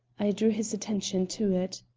i drew his attention to it.